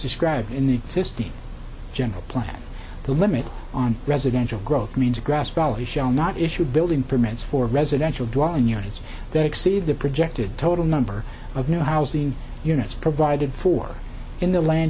described in the existing general plan the limit on residential growth means a grass valley shall not issue building permits for residential draw in your needs that exceed the projected total number of new housing units provided for in the land